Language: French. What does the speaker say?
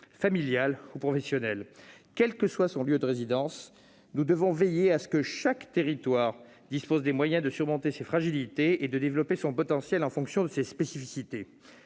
familiale ou professionnelle, quel que soit son lieu de résidence. Nous devons veiller à ce que chaque territoire dispose des moyens de surmonter ses fragilités et de développer son potentiel en fonction de ses spécificités.